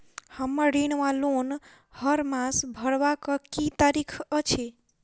हम्मर ऋण वा लोन हरमास भरवाक की तारीख अछि?